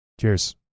cheers